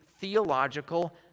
theological